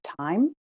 time